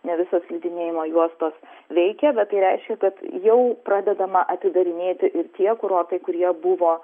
ne visos slidinėjimo juostos veikia bet tai reiškia kad jau pradedama atidarinėti ir tie kurortai kurie buvo